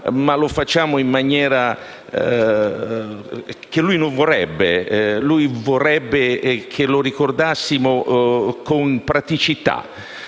ma nella maniera che lui non vorrebbe; lui vorrebbe che lo ricordassimo con praticità.